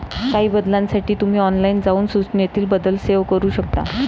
काही बदलांसाठी तुम्ही ऑनलाइन जाऊन सूचनेतील बदल सेव्ह करू शकता